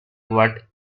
what